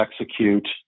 execute